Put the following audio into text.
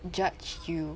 judge you